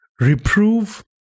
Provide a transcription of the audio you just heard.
Reprove